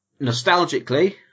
nostalgically